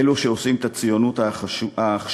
אלה שעושים את הציונות העכשווית,